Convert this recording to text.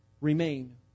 Remain